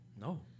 No